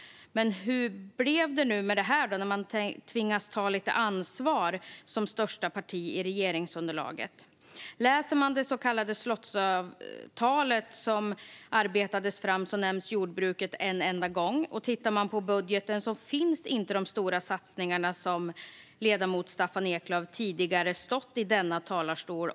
Men hur blev det med detta när man tvingas ta lite ansvar som största parti i regeringsunderlaget? I det så kallade slottsavtalet nämns jordbruket en enda gång, och i budgeten finns inga av de stora satsningar som ledamoten Eklöf tidigare utlovat.